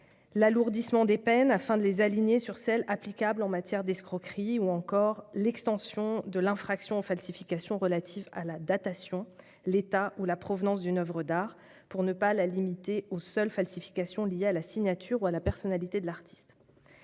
l'alourdissement des peines, afin de les aligner sur celles applicables en matière d'escroquerie ; ou encore l'extension de l'infraction aux falsifications relatives à la datation, l'état ou la provenance d'une oeuvre d'art, pour ne pas la limiter plus aux seules falsifications liées à la signature ou à la personnalité de l'artiste.